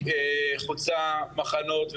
היא חוצה מחנות,